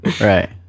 Right